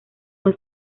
muy